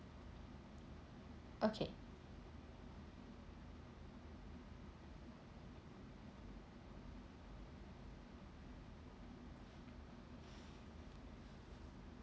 okay